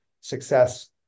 success